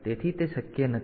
તેથી તે શક્ય નથી